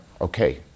okay